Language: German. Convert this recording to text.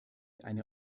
eine